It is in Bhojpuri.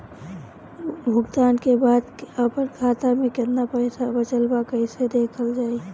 भुगतान के बाद आपन खाता में केतना पैसा बचल ब कइसे देखल जाइ?